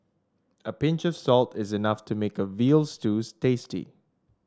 a pinch of salt is enough to make a veal stew tasty